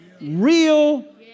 Real